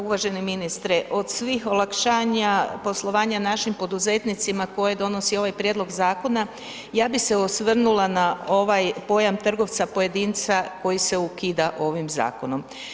Pa uvaženi ministre, od svih olakšanja poslovanja našim poduzetnicima koje donosi ovaj prijedlog zakona, ja bi se osvrnula na ovaj pojam trgovca pojedinca koji se ukida ovim zakonom.